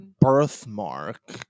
birthmark